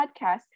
podcast